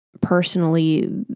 personally